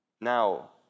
now